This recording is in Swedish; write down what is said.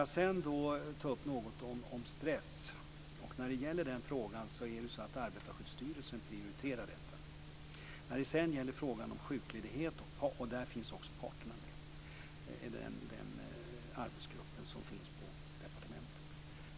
Jag ska sedan ta upp något om stress. Det är en fråga som Arbetarskyddsstyrelsen prioriterar, och parterna finns med i den arbetsgrupp som finns på departementet.